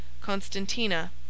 Constantina